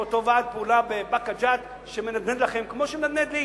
או אותו ועד פעולה בבאקה ג'ת שמנדנד לכם כמו שהוא מנדנד לי.